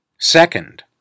Second